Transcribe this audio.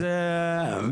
אגב,